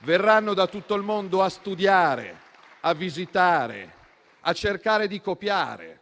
Verranno da tutto il mondo a studiare, a visitare e a cercare di copiare.